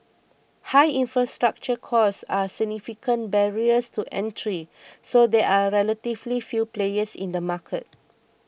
high infrastructure costs are significant barriers to entry so there are relatively few players in the market